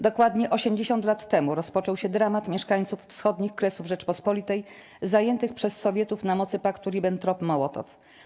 Dokładnie 80 lat temu rozpoczął się dramat mieszkańców wschodnich Kresów Rzeczypospolitej zajętych przez Sowietów na mocy paktu Ribbentrop - Mołotow.